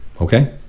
okay